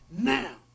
Now